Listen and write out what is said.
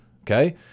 Okay